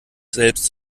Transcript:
selbst